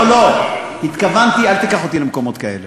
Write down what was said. לא, לא, אל תיקח אותי למקומות כאלה.